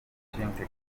accounting